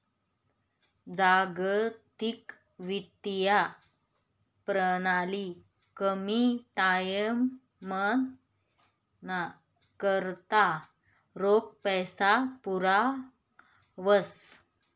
जागतिक वित्तीय प्रणाली कमी टाईमना करता रोख पैसा पुरावस